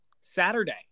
Saturday